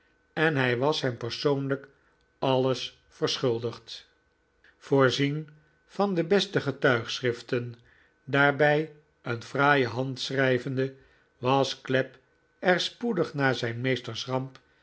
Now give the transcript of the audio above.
en hij was hem persoonlijk alles verschuldigd voorzien van de beste getuigschriften daarbij een fraaie hand schrijvende was clapp er spoedig na zijn meesters